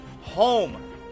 home